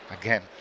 again